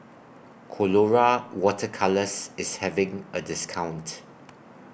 Colora Water Colours IS having A discount